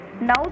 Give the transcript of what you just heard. Now